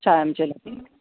चायं चलति